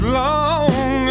long